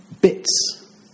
bits